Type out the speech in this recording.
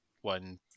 one